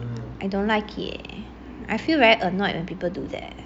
I don't like it I feel very annoyed when people do that